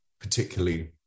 particularly